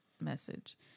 message